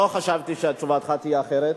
לא חשבתי שתשובתך תהיה אחרת.